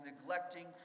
neglecting